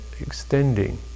extending